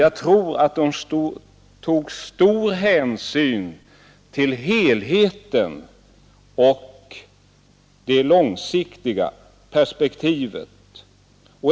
Jag tror att de tog stor hänsyn till helheten och det långsiktiga perspektivet.